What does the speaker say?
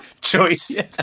choice